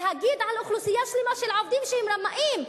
להגיד על אוכלוסייה שלמה של עובדים שהם רמאים,